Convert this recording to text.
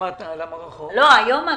עאידה